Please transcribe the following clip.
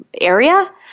area